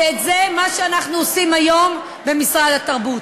וזה מה שאנחנו עושים היום במשרד התרבות.